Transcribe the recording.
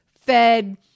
fed